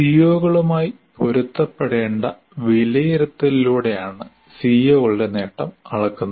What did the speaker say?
സിഒകളുമായി പൊരുത്തപ്പെടേണ്ട വിലയിരുത്തലിലൂടെയാണ് സിഒകളുടെ നേട്ടം അളക്കുന്നത്